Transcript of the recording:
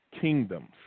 kingdoms